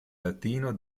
latino